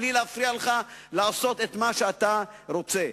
בלי להפריע לך לעשות את מה שאתה רוצה.